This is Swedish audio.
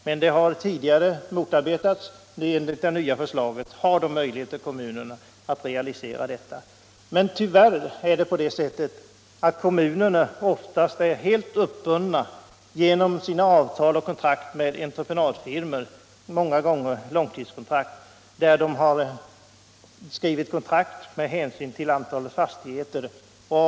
Systemet har tidigare motarbetats, men enligt den nya lagen har kommunen möjligheter att använda det systemet utan begäran av dispens. Tyvärr är kommunerna ofta helt uppbundna genom sina kontrakt med entreprenadfirmor. Många gånger är det fråga om långtidskontrakt som bygger på antalet fastigheter.